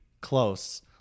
close